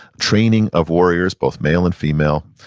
training of warriors both male and female,